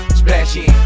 splashy